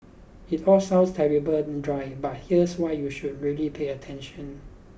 it all sounds terribly dry but here's why you should really pay attention